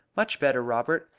much better, robert.